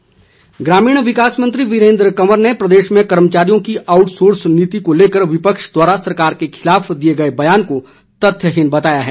वीरेन्द्र कंवर ग्रामीण विकास मंत्री वीरेन्द्र कंवर ने प्रदेश में कर्मचारियों की आउटसोर्स नीति को लेकर विपक्ष द्वारा सरकार के खिलाफ दिए गए बयान को तथ्यहीन बताया है